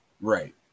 Right